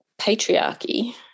patriarchy